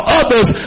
others